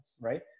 right